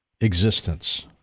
existence